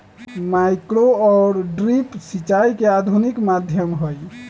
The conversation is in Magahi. माइक्रो और ड्रिप सिंचाई के आधुनिक माध्यम हई